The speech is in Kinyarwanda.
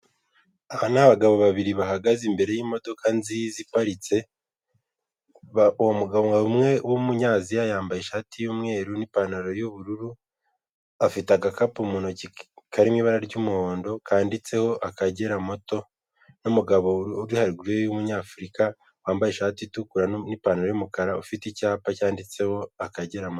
Aha n'abagabo babiri bahagaze imbere y'imodoka nziza iparitse, uwo mugabo umwe w'umunyaziya yambaye ishati y'umweru n'ipantaro y'ubururu, afite agakapu mu ntoki karimo ibara ry'umuhondo kanditseho akagera moto; n'umugabo uri haruguru ye w'umunyafurika wambaye ishati itukura n'ipantaro y'umukara ufite icyapa cyanditseho akagera moto.